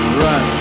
run